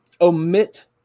omit